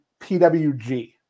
PWG